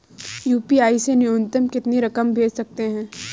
UPI से न्यूनतम कितनी रकम भेज सकते हैं?